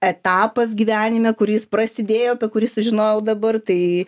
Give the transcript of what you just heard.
etapas gyvenime kuris prasidėjo apie kurį sužinojau dabar tai